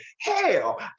Hell